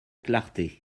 clarté